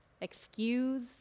excuse